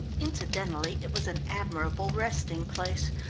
incidentally it was an admirable resting place,